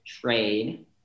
trade